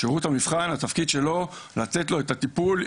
שירות המבחן התפקיד שלו לתת לו את הטיפול,